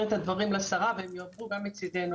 את הדברים לשרה והם יועברו גם מצידנו,